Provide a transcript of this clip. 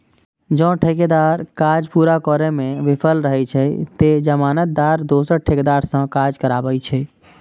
जौं ठेकेदार काज पूरा करै मे विफल रहै छै, ते जमानतदार दोसर ठेकेदार सं काज कराबै छै